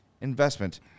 investment